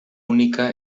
única